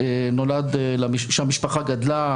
במקרה שהמשפחה גדלה,